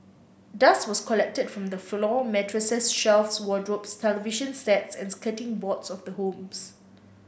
dust was collected from the floor mattresses shelves wardrobes television sets and skirting boards of the homes